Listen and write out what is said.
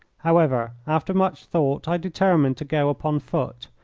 however, after much thought, i determined to go upon foot,